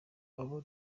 abo